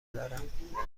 دارم